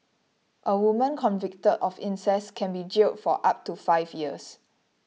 a woman convicted of incest can be jailed for up to five years